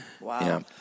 Wow